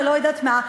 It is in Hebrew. אני לא יודעת מה,